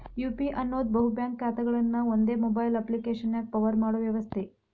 UPI ಅನ್ನೋದ್ ಬಹು bank ಖಾತೆಗಳನ್ನ ಒಂದೇ ಮೊಬೈಲ್ ಅಪ್ಪ್ಲಿಕೆಶನ್ಯಾಗ ಪವರ್ ಮಾಡೋ ವ್ಯವಸ್ಥೆ